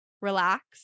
relax